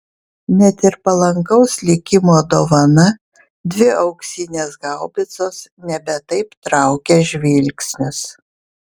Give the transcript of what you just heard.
net ir palankaus likimo dovana dvi auksinės haubicos nebe taip traukė žvilgsnius